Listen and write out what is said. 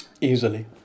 Easily